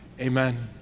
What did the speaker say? Amen